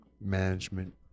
management